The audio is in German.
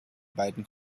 beiden